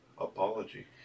apology